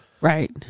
Right